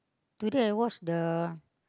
today I watch the